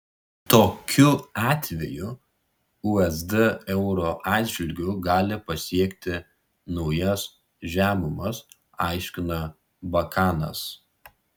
tokiu atveju usd euro atžvilgiu gali pasiekti naujas žemumas aiškina bakanas